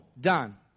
done